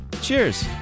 Cheers